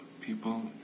people